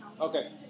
Okay